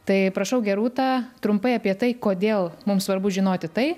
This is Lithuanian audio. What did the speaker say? tai prašau gerūta trumpai apie tai kodėl mums svarbu žinoti tai